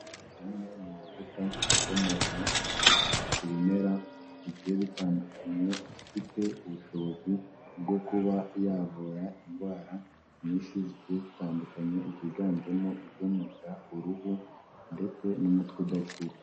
Amwe mu mavuta akomoka ku bimera bigiye bitandukanye, afite ubushobozi bwo kuba yavura indwara nyinshi zigiye zitandukanye ziganjemo izo mu nda, uruhu ndetse n'umutwe udakira.